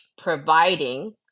...providing